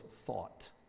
thought